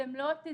אתם לא תדעו